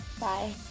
Bye